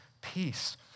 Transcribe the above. peace